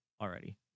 already